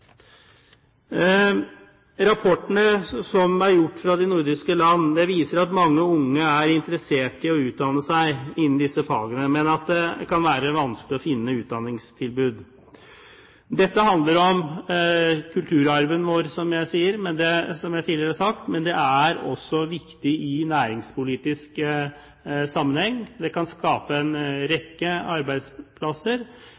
fra de nordiske land viser at mange unge er interessert i å utdanne seg innen disse fagene, men at det kan være vanskelig å finne utdanningstilbud. Dette handler om kulturarven vår, som jeg tidligere har sagt, men det er også viktig i næringspolitisk sammenheng, det kan skape en